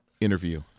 interview